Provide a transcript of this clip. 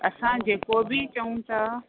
असां जेको बि चऊं था